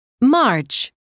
March